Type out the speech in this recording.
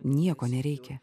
nieko nereikia